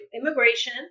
immigration